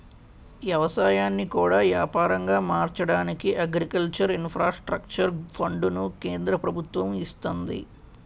ఎవసాయాన్ని కూడా యాపారంగా మార్చడానికి అగ్రికల్చర్ ఇన్ఫ్రాస్ట్రక్చర్ ఫండును కేంద్ర ప్రభుత్వము ఇస్తంది